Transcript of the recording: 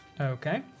Okay